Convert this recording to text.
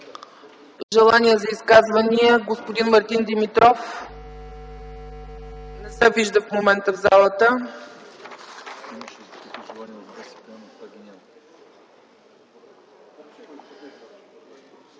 желание за изказване от господин Мартин Димитров. Не се вижда в момента в залата.